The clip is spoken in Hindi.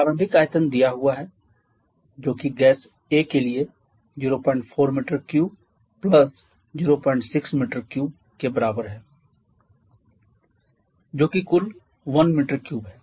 प्रारंभिक आयतन दिया हुआ है जो कि गैस A के लिए 04 m3 06 m3 के बराबर है जो कि कुल 1 m3 है